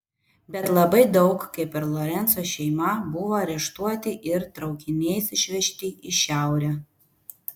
bet labai daug kaip ir lorenco šeima buvo areštuoti ir traukiniais išvežti į šiaurę